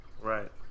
right